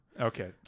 Okay